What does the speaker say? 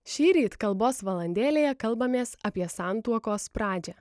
šįryt kalbos valandėlėje kalbamės apie santuokos pradžią